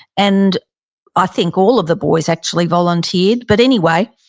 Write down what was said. and i think all of the boys actually volunteered. but anyway,